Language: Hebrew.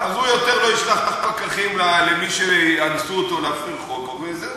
אני מאחל לכם בריאות תמיד.